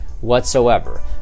whatsoever